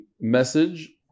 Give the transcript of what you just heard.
message